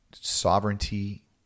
sovereignty